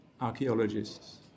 archaeologists